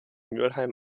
mülheim